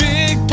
Big